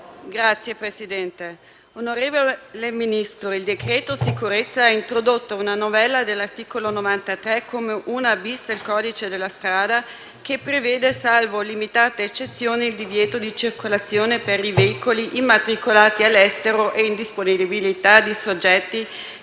Signor Presidente, onorevole Ministro, il decreto sicurezza ha introdotto una novella dell'articolo 93, comma 1-*bis*, del codice della strada, che, salvo limitate eccezioni, prevede il divieto di circolazione per i veicoli immatricolati all'estero e in disponibilità di soggetti